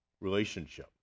relationship